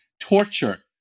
torture